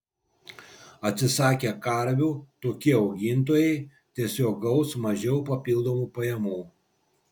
atsisakę karvių tokie augintojai tiesiog gaus mažiau papildomų pajamų